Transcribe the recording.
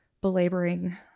belaboring